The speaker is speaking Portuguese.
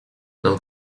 não